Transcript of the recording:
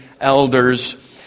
elders